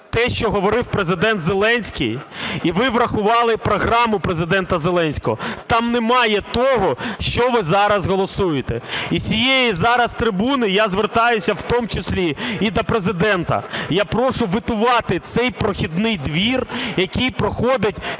те, що говорив Президент Зеленський, і ви врахували програму Президента Зеленського. Там немає того, що ви зараз голосуєте. І з цієї зараз трибуни я звертаюся в тому числі і до Президента: я прошу ветувати цей "прохідний двір", який проходить